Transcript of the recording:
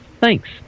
Thanks